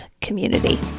community